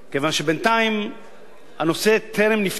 כיוון שבינתיים הנושא טרם נפתר,